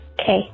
Okay